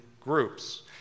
groups